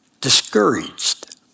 discouraged